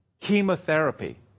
Chemotherapy